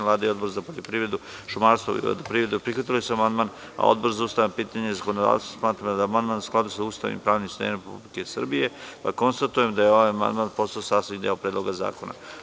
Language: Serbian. Vlada i Odbor za poljoprivredu, šumarstvo i vodoprivredu prihvatili su amandman, a Odbor za ustavna pitanja i zakonodavstvo smatra da je amandman u skladu sa Ustavom i pravnim sistemom Republike Srbije, pa konstatujem da je amandman postao sastavni deo Predloga zakona.